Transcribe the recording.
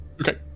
okay